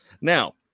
Now